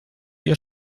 ihr